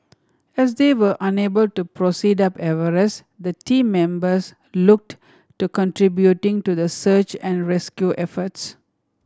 as they were unable to proceed up Everest the team members looked to contributing to the search and rescue efforts